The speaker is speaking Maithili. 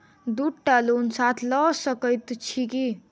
दु टा लोन साथ लऽ सकैत छी की?